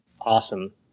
awesome